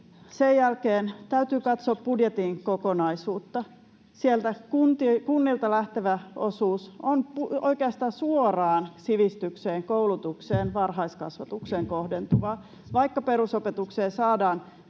epäasiallinen. Täytyy katsoa budjetin kokonaisuutta. Sieltä kunnilta lähtevä osuus on oikeastaan suoraan sivistykseen, koulutukseen, varhaiskasvatukseen kohdentuvaa. Vaikka perusopetukseen saadaan